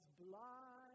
blind